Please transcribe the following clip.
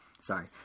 sorry